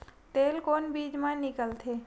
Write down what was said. तेल कोन बीज मा निकलथे?